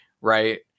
Right